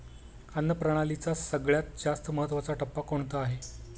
अन्न प्रणालीचा सगळ्यात जास्त महत्वाचा टप्पा कोणता आहे?